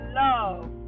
love